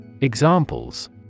Examples